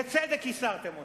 בצדק ייסרתם אותנו.